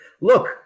Look